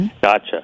Gotcha